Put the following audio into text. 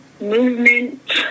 movement